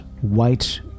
white